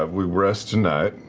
ah we rest tonight.